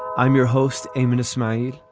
i'm your host, ayman ismaii.